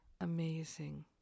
amazing